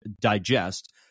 digest